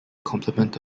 complement